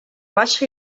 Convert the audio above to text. baixa